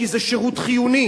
כי זה שירות חיוני,